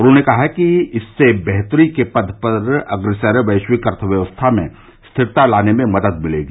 उन्होंने कहा कि इससे बेहतरी के पथ पर अग्रसर वैश्विक अर्थव्यवस्था में स्थिरता लाने में मदद मिलेगी